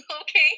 Okay